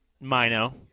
Mino